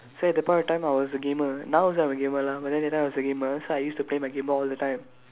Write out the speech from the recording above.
so at that point of time I was a gamer now I'm also a gamer lah but at that point I was a gamer so I used to play my game boy all the time